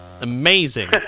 amazing